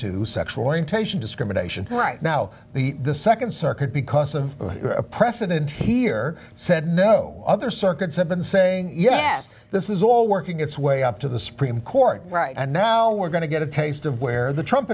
to sexual orientation discrimination right now the nd circuit because of a precedent here said no other circuits have been saying yes this is all working its way up to the supreme court right and now we're going to get a taste of where the trump